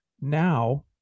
now